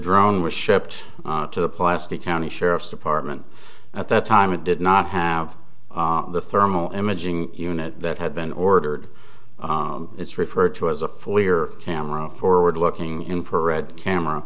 drone was shipped to the plastic county sheriff's department at that time it did not have the thermal imaging unit had been ordered it's referred to as a fully or camera forward looking infrared camera